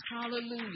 Hallelujah